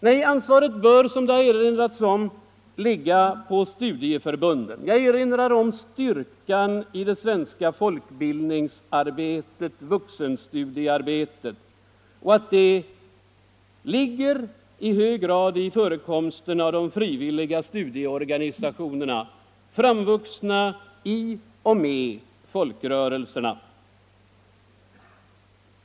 Nej, som det har erinrats om bör ansvaret ligga hos studieförbunden. Styrkan i det svenska folkbildningsarbetet, i vuxenstudiearbetet, består i hög grad i förekomsten av de frivilliga studieorganisationerna, framvuxna i och med folkrörelserna.